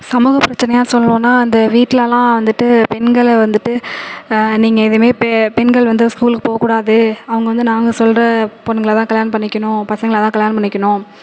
சமூக பிரச்சனையாக சொல்லணும்னா இந்த வீட்டிலலாம் வந்துட்டு பெண்களை வந்துட்டு நீங்கள் எதுவுமே பெ பெண்கள் வந்து ஸ்கூலுக்கு போகக்கூடாது அவங்க வந்து நாங்கள் சொல்கிற பொண்ணுங்களை தான் கல்யாணம் பண்ணிக்கணும் பசங்களைத்தான் கல்யாணம் பண்ணிக்கணும்